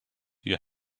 you